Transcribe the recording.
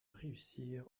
réussir